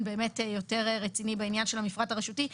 באמת יותר רציני בעניין של המפרט הרשותי,